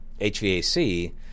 HVAC